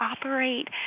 operate